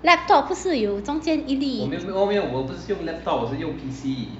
laptop 不是有中间一粒